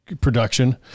production